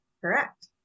Correct